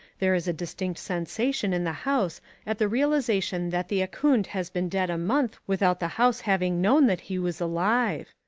there is a distinct sensation in the house at the realisation that the ahkoond has been dead a month without the house having known that he was alive.